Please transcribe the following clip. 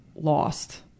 lost